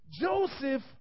Joseph